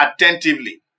attentively